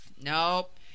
Nope